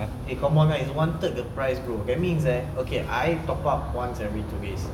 eh come on ah it's one third the price bro that means eh I top up once every two days